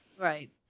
Right